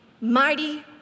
mighty